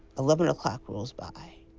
eleven o'clock rolls by.